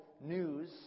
news